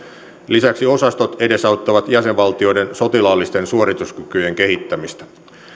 lisäksi osastot edesauttavat jäsenvaltioiden sotilaallisten suorituskykyjen kehittämistä